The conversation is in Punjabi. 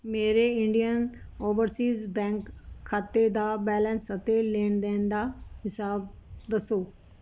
ਮੇਰੇ ਇੰਡੀਅਨ ਓਵਰਸੀਜ਼ ਬੈਂਕ ਖਾਤੇ ਦਾ ਬੈਲੰਸ ਅਤੇ ਲੈਣ ਦੇਣ ਦਾ ਹਿਸਾਬ ਦੱਸੋ